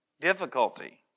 difficulty